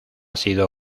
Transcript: sido